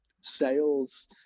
sales